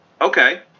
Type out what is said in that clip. Okay